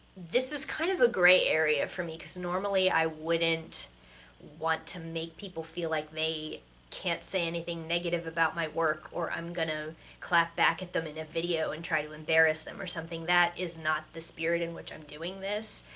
this is kind of a gray area for me, cause normally i wouldn't want to make people feel like they can't say anything negative about my work or i'm gonna clap back at them in a video and try to embarrass them or something. that is not the spirit in which i'm doing this.